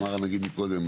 אמר נגיד מקודם,